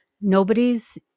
nobody's